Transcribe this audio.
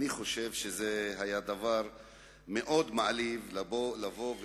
אני חושב שזה היה דבר מעליב מאוד.